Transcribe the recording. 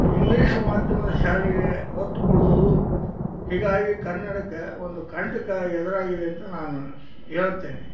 English ಮಾಧ್ಯಮದ ಶಾಲೆಗೆ ಒತ್ತು ಕೊಡುವುದು ಹೀಗಾಗಿ ಕನ್ನಡಕ್ಕೆ ಒಂದು ಕಂಟಕ ಎದುರಾಗಿದೆ ಅಂತ ನಾನು ಹೇಳ್ತೇನೆ